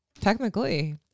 Technically